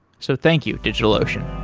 so thank you, digitalocean.